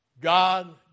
God